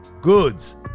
goods